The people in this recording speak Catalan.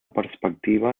perspectiva